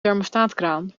thermostaatkraan